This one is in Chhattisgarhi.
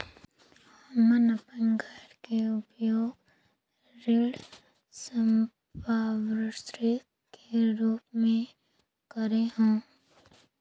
हमन अपन घर के उपयोग ऋण संपार्श्विक के रूप म करे हों